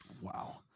Wow